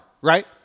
right